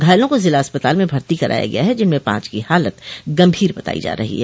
घायलों को जिला अस्पताल में भर्ती कराया गया है जिनमें पांच की हालत गम्भीर बताई जा रही है